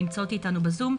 שנמצאות איתנו בזום,